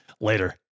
later